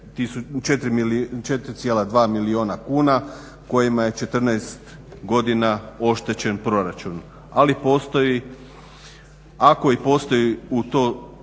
4,2 milijuna kuna kojima je 14 godina oštećen proračun. Ali postoji, ako i postoji u to